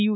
you